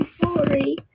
sorry